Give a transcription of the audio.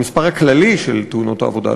המספר הכללי של תאונות העבודה,